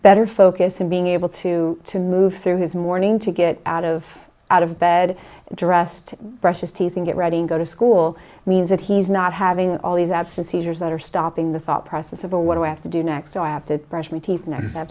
better focus and being able to to move through his morning to get out of out of bed dressed brush his teeth and get ready to go to school means that he's not having all these absence seizures that are stopping the thought process over what do i have to